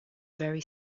very